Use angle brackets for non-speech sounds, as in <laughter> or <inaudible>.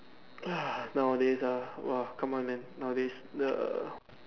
<noise> nowadays ah !woah! come on man nowadays the